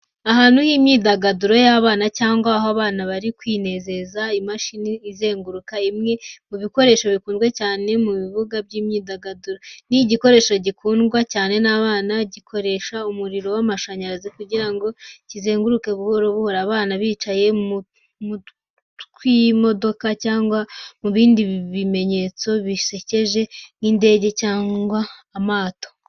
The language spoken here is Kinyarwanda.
Ahantu h'imyidagaduro y'abana cyangwa aho abana bari kwinezeza ku imashini izenguruka, imwe mu bikoresho bikunzwe cyane mu bibuga by'imyidagaduro. Ni igikoresho gikundwa cyane n'abana gikoresha umuriro w’amashanyarazi kugira ngo izenguruke buhoro buhoro, abana bicaye mu tw'imodoka cyangwa mu bindi bimenyetso bisekeje nk’indege cyangwa amato.